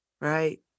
right